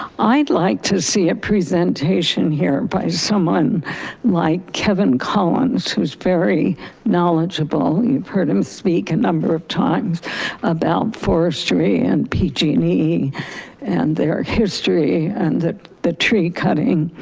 i'd like to see a presentation here by someone like kevin collins, who's very knowledgeable, you've heard him speak a number of times about forestry and pg and e and their history and the the tree cutting.